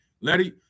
Letty